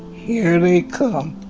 here they come,